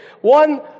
One